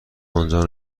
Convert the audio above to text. آنجا